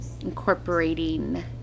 incorporating